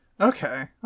Okay